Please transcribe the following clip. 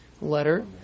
letter